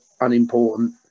unimportant